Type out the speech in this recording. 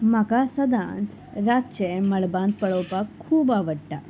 म्हाका सदांच रातचें मळबांत पळोवपाक खूब आवडटा